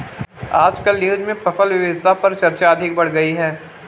आजकल न्यूज़ में फसल विविधता पर चर्चा अधिक बढ़ गयी है